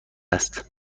است